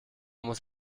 muss